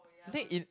I think it